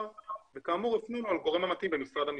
וכאמור הפנינו לגורם המתאים במשרד המשפטים.